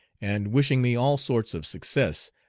and, wishing me all sorts of success,